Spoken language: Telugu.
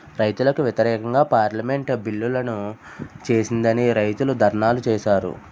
రైతులకు వ్యతిరేకంగా పార్లమెంటు బిల్లులను చేసిందని రైతులు ధర్నాలు చేశారు